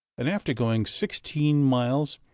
and, after going sixteen miles,